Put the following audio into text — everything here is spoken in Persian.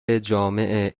جامع